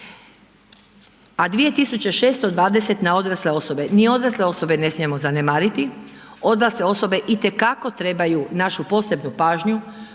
a 2.620 na odrasle osobe. Ni odrasle osobe ne smijemo zanemariti, odrasle osobe itekako trebaju našu posebnu pažnju,